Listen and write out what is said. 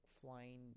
flying